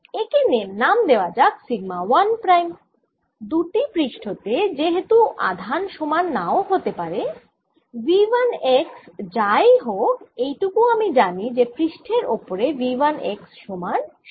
একে নাম দেওয়া যাক সিগমা 1 প্রাইম দুটি পৃষ্ঠতে যে হেতু আধান সমান না ও হতে পারে V 1 x যাই হোক এইটুকু আমি জানি যে পৃষ্ঠের ওপরে V 1 x সমান 0